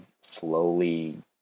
slowly